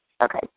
Okay